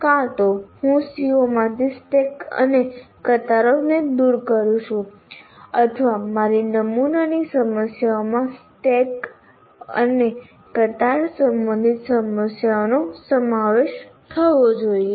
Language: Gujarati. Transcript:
કાં તો હું CO માંથી સ્ટેક્સ અને કતારોને દૂર કરું છું અથવા મારી નમૂનાની સમસ્યાઓમાં સ્ટેક અને કતાર સંબંધિત સમસ્યાઓનો સમાવેશ થવો જોઈએ